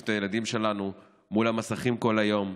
את הילדים שלנו מול המסכים כל היום,